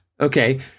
Okay